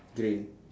grey